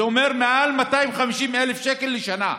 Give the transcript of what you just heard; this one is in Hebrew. זה אומר: מעל 250,000 שקל לשנה.